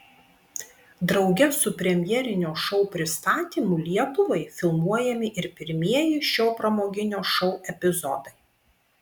drauge su premjerinio šou pristatymu lietuvai filmuojami ir pirmieji šio pramoginio šou epizodai